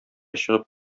чыгып